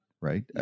right